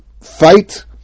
fight